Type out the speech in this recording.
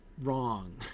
wrong